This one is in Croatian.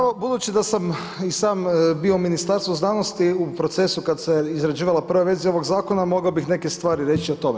Pa evo budući da sam i sam bio u Ministarstvu znanosti u procesu kad se izrađivala prva verzija ovog zakona mogao bih neke stvari reći o tome.